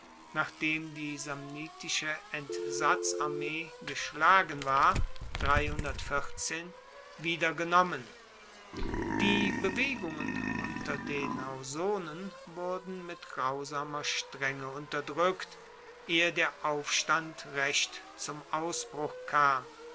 nachdem die samnitische entsatzarmee geschlagen war wieder genommen die bewegungen unter den ausonen wurden mit grausamer strenge unterdrueckt ehe der aufstand recht zum ausbruch kam